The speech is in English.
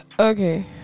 okay